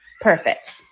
perfect